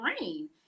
rain